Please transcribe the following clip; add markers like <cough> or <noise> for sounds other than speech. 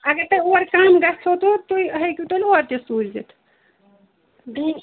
اگر تۄہہِ اورٕ کَم گَژھیٚو تہٕ تُہۍ ہیٚکِو تیٚلہِ اورٕ تہِ سوٗزِتھ <unintelligible>